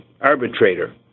arbitrator